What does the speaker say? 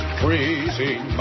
freezing